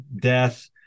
death